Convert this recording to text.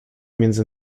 między